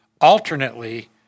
Alternately